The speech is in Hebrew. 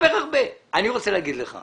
אני רוצה לומר לך.